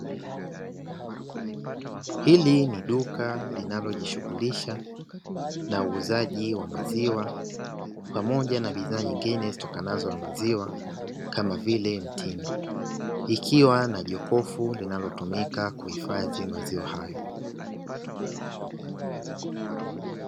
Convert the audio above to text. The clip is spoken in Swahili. Hili ni duka linalojishughulisha na uuzaji wa maziwa, pamoja na bidhaa nyingine zitokanazo na maziwa kama vile mtindi. Ikiwa na jokofu linalotumika kuhifadhi maziwa hayo.